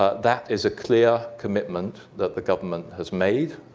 ah that is a clear commitment that the government has made,